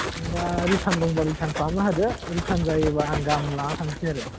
दा रिटार्न दंबा रिटार्न खालामना होदो रिटार्न जायोबा आं गाबोन लानानै थांसै आरो